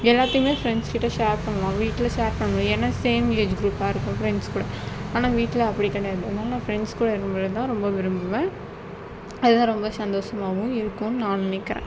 எல்லாத்தையுமே ஃப்ரெண்ட்ஸ் கிட்ட ஷேர் பண்ணுவோம் வீட்டில் ஷேர் பண்ணும் ஏன்னா சேம் ஏஜ் க்ரூப்பாக இருக்கும் ஃப்ரெண்ட்ஸ் கூட ஆனால் வீட்டில் அப்படி கிடையாது அதனால் ஃப்ரெண்ட்ஸ் கூட இருக்கும் போது தான் ரொம்ப விரும்புவேன் அதுதான் ரொம்ப சந்தோஷமாகவும் இருக்கும்னு நான் நினக்கிறேன்